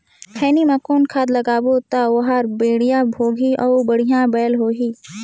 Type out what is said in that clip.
खैनी मा कौन खाद लगाबो ता ओहार बेडिया भोगही अउ बढ़िया बैल होही?